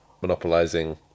monopolizing